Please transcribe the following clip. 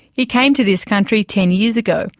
he came to this country ten years ago,